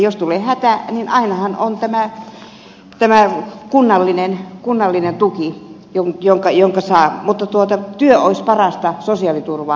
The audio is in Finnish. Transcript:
jos tulee hätä niin ainahan on tämä kunnallinen tuki jonka saa mutta työ olisi parasta sosiaaliturvaa